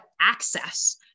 access